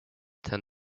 ten